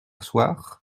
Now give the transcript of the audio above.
soir